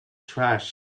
trash